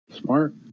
Smart